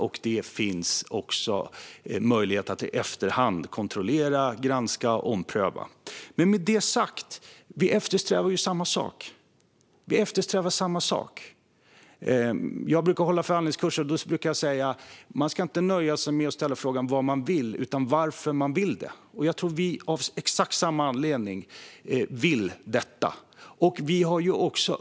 Dessutom finns det möjlighet att i efterhand kontrollera, granska och ompröva. Men med det sagt - vi eftersträvar ju samma sak. När jag håller förhandlingskurser brukar jag säga: Nöj er inte med att ställa frågan vad man vill - fråga varför man vill det! I det här fallet tror jag att vi vill detta av exakt samma anledning.